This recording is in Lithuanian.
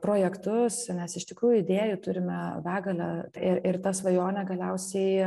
projektus nes iš tikrųjų idėjų turime begalę ir ir ta svajonė galiausiai